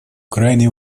крайне